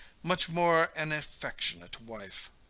much more an affectionate wife.